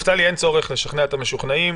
נפתלי, אין צורך לשכנע את המשוכנעים.